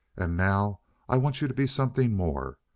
and now i want you to be something more.